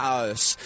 House